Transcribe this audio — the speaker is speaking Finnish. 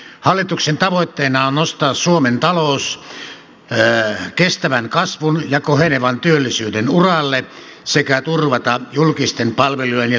hallituksen tavoitteena on nostaa suomen talous kestävän kasvun ja kohenevan työllisyyden uralle sekä turvata julkisten palvelujen ja sosiaaliturvan rahoitus